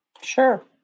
Sure